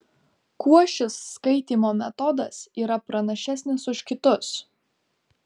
kuo šis skaitymo metodas yra pranašesnis už kitus